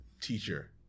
teacher